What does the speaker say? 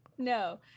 no